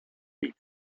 bit